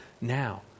now